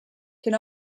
can